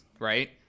Right